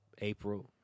April